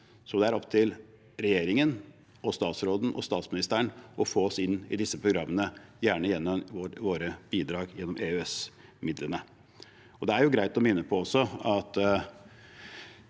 Så det er opp til regjeringen og statsråden og statsministeren å få oss inn i disse programmene, gjerne gjennom våre bidrag gjennom EØS-midlene. Det er jo greit å minne om at